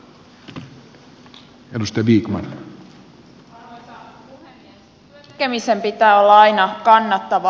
työn tekemisen pitää olla aina kannattavaa